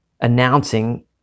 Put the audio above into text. announcing